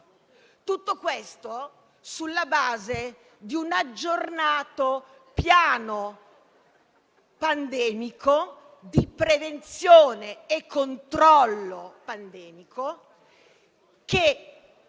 Tutto questo sulla base di un aggiornato piano pandemico di prevenzione e controllo pandemico, che